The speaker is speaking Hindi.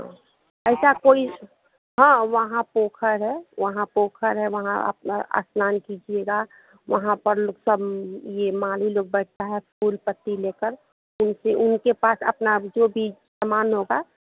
ऐसा कोई हाँ वहाँ पोखर है वहाँ पोखर है वहाँ अपना स्नान कीजिएगा वहाँ पर सब ये माली लोग बैठता है फूल पत्ती लेकर उनके उनके पास अपना जो भी सामान होगा